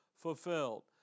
fulfilled